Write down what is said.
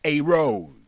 arose